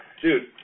dude